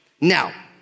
Now